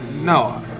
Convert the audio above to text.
no